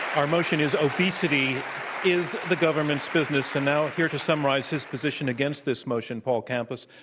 our motion is obesity is the government's business. and now, here to summarize his position against this motion, paul campos,